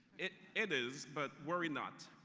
it it is. but worry-not,